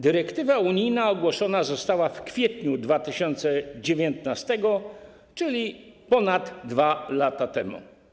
Dyrektywa unijna ogłoszona została w kwietniu 2019 r., czyli ponad 2 lata temu.